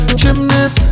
gymnast